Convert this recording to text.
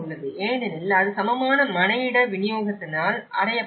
ஏனெனில் அது சமமான மனையிட விநியோகத்தினால் அடையப்பட்டுள்ளது